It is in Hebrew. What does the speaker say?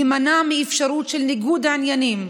יימנע מאפשרות של ניגוד עניינים,